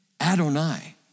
Adonai